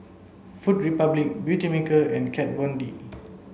Food Republic Beautymaker and Kat Von D